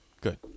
good